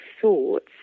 thoughts